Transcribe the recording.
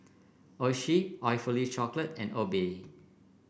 Oishi Awfully Chocolate and Obey